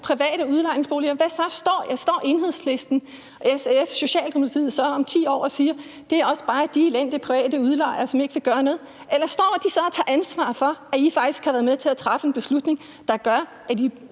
private udlejningsboliger. Står Enhedslisten, SF og Socialdemokratiet så om 10 år og siger: Det er også bare de elendige private udlejere, som ikke vil gøre noget? Eller står de så og tager ansvar for, at de faktisk har været med til at træffe en beslutning, der gør, at